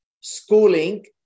schooling